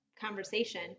conversation